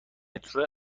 مترو